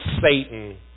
Satan